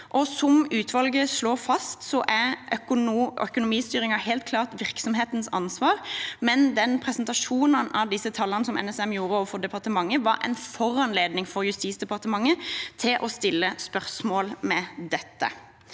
Som utvalget slår fast, er økonomistyringen helt klart virksomhetens ansvar, men presentasjonen av disse tallene som NSM gjorde overfor departementet, var en foranledning for Justisdepartementet til å stille spørsmål ved dette.